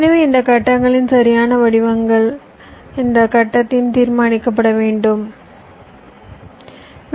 எனவே இந்த கட்டங்களின் சரியான வடிவங்கள் இந்த கட்டத்தில் தீர்மானிக்கப்பட வேண்டும் வி